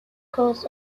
coast